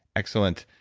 excellent.